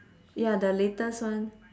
ya the latest one